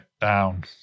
Down